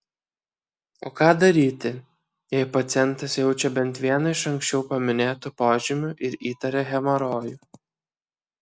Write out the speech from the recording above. o ką daryti jei pacientas jaučia bent vieną iš anksčiau paminėtų požymių ir įtaria hemorojų